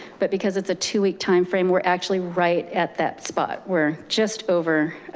but, because it's a two week time frame, we're actually right at that spot. we're just over.